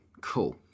Cool